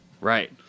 Right